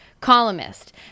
columnist